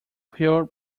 pure